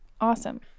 awesome